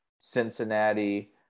Cincinnati